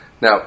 Now